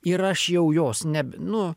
ir aš jau jos neb nu